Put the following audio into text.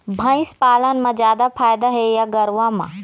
भंइस पालन म जादा फायदा हे या गरवा में?